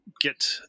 get –